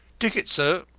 ticket, sir!